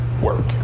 work